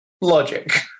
logic